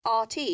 RT